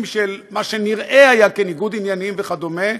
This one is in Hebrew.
של מה שהיה נראה כניגוד עניינים וכדומה,